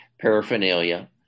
paraphernalia